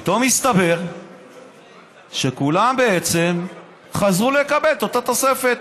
פתאום הסתבר שכולם בעצם חזרו לקבל את אותה תוספת.